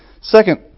Second